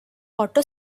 auto